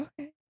Okay